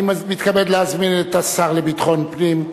אני מתכבד להזמין את השר לביטחון פנים,